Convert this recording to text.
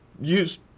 use